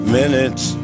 minutes